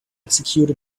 execute